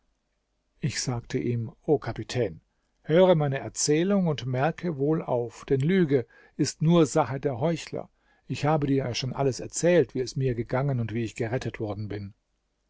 ich sagte ihm o kapitän höre meine erzählung und merke wohl auf denn lüge ist nur sache der heuchler ich habe dir ja schon alles erzählt wie es mir gegangen und wie ich gerettet worden bin